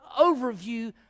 overview